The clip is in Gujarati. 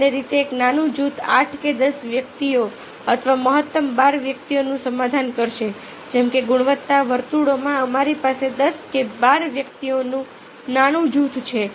સામાન્ય રીતે એક નાનું જૂથ આઠ કે દસ વ્યક્તિઓ અથવા મહત્તમ બાર વ્યક્તિઓનું સમાધાન કરશે જેમ કે ગુણવત્તા વર્તુળોમાં અમારી પાસે દસ કે બાર વ્યક્તિઓનું આ નાનું જૂથ છે